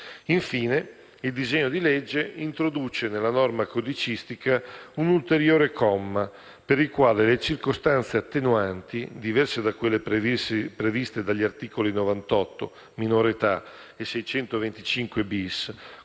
Infine il disegno di legge introduce nella norma codicistica un ulteriore comma per il quale le circostanze attenuanti diverse da quelle previste dagli articoli 98 (minore età) e 625-*bis*